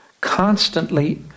constantly